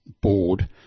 board